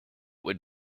would